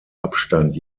abstand